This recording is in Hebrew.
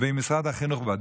ועם משרד החינוך,